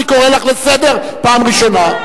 אני קורא אותך לסדר פעם ראשונה.